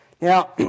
Now